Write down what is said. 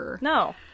No